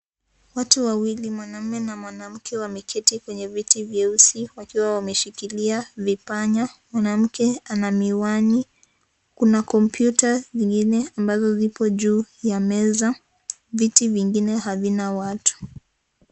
Watu wawili mwanaume na mwanamke wameketi kwenye viti vyeusi, wakiwa wameshikilia , mwanamke ana miwani Kuna kompyuta viwili ambavyo vipo juu ya meza viti vingine havina watu.